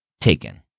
taken